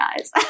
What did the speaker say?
eyes